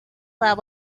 while